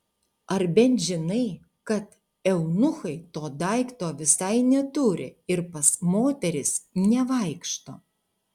ar bent žinai kad eunuchai to daikto visai neturi ir pas moteris nevaikšto